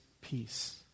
peace